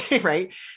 Right